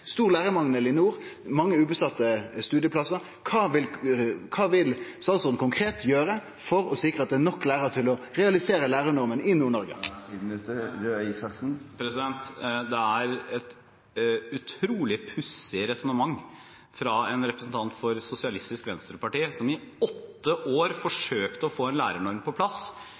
for å sikre at det er nok lærarar til å realisere lærarnorma i Nord-Noreg? Det er et utrolig pussig resonnement fra en representant for Sosialistisk Venstreparti, som i åtte år forsøkte å få en lærernorm på plass,